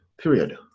Period